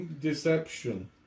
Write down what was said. deception